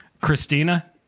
Christina